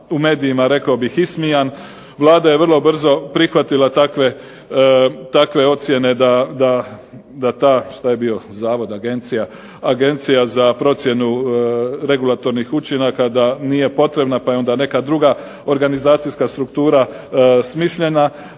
u medijima rekao bih ismijan. Vlada je vrlo brzo prihvatila takve ocjene da ta, što je bio, zavod, Agencija za procjenu regulatornih učinaka da nije potrebna pa je onda neka druga organizacijska struktura smišljena.